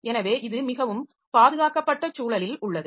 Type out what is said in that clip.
எனவே இது மிகவும் பாதுகாக்கப்பட்ட சூழலில் உள்ளது